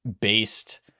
based